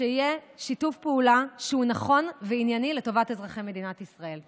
ושיהיה שיתוף פעולה שהוא נכון וענייני לטובת אזרחי מדינת ישראל.